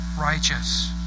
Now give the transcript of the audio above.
righteous